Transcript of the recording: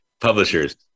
publishers